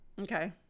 Okay